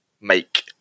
make